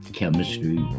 chemistry